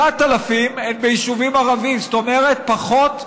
9,000, הן ביישובים ערביים, זאת אומרת, פחות מ-9%,